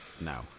No